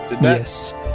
Yes